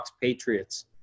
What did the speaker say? Patriots